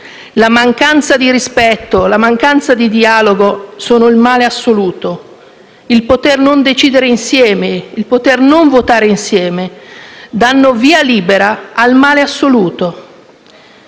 La mancanza di rispetto e la mancanza di dialogo sono il male assoluto. Il non poter decidere insieme, il non poter votare insieme danno via libera al male assoluto.